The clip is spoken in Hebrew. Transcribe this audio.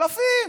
אלפים.